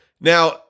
Now